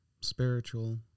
spiritual